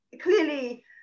Clearly